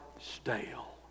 stale